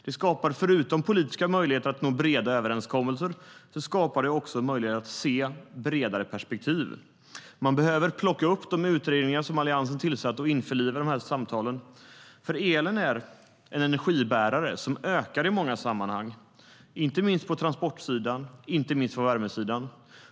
Det skapar förutom politiska möjligheter att nå breda överenskommelser också möjligheter att se bredare perspektiv. Man behöver plocka upp de utredningar som Alliansen tillsatte och införliva dem i samtalen. Elen är en energibärare som ökar i många sammanhang, inte minst på transportsidan och värmesidan.